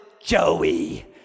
Joey